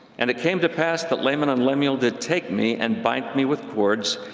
and it came to pass that laman and lemuel did take me and bind me with cords,